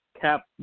Cap